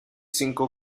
cinco